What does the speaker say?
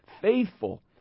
faithful